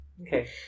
Okay